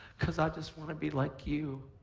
because i just want to be like you.